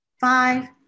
Five